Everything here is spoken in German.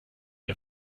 der